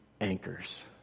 anchors